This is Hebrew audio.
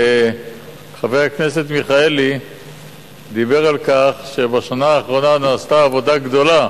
חבר הכנסת מיכאלי דיבר על כך שבשנה האחרונה נעשתה עבודה גדולה